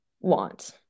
want